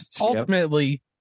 Ultimately